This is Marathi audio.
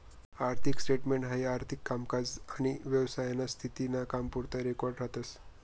आर्थिक स्टेटमेंट हाई आर्थिक कामकाज आनी व्यवसायाना स्थिती ना कामपुरता रेकॉर्ड राहतस